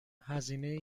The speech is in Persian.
هزینه